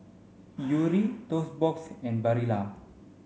Yuri Toast Box and Barilla